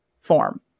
form